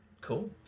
cool